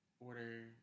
Order